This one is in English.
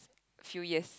few years